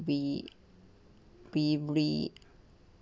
we we breed